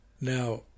Now